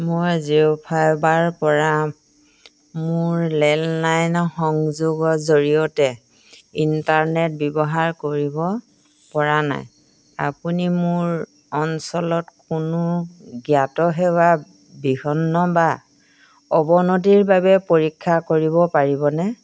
মই জিঅ' ফাইবাৰ পৰা মোৰ লেণ্ডলাইন সংযোগৰ জৰিয়তে ইণ্টাৰনেট ব্যৱহাৰ কৰিব পৰা নাই আপুনি মোৰ অঞ্চলত কোনো জ্ঞাত সেৱা বিঘ্ন বা অৱনতিৰ বাবে পৰীক্ষা কৰিব পাৰিবনে